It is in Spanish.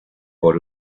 por